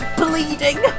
bleeding